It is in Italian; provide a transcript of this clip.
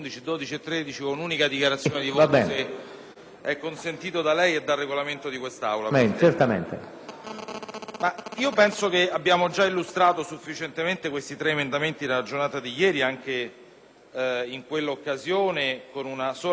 Penso che abbiamo giaillustrato sufficientemente questi tre emendamenti gia nella giornata di ieri, anche in quell’occasione con una sola presentazione. Sarebbe utile che il Governo facesse una riflessione veloce su uno dei tre, anche via